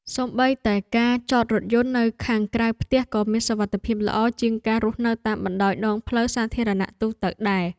សូម្បីតែការចតរថយន្តនៅខាងក្រៅផ្ទះក៏មានសុវត្ថិភាពល្អជាងការរស់នៅតាមបណ្តោយដងផ្លូវសាធារណៈទូទៅដែរ។